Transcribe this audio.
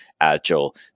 agile